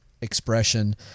expression